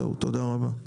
תודה רבה.